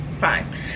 fine